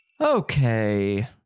Okay